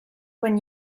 when